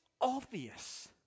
obvious